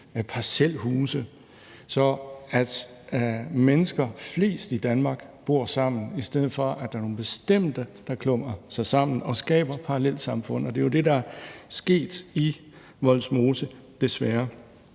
parcelhuse, så mennesker, som de er flest, i Danmark bor sammen, i stedet for at der er nogle bestemte, der klumper sig sammen og skaber parallelsamfund, og det er jo det, der er sket i Vollsmose, desværre.